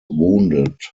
wounded